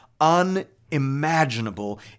unimaginable